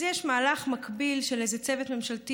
אז יש מהלך מקביל של איזה צוות ממשלתי